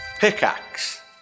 Pickaxe